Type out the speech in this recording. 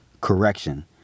Correction